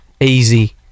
easy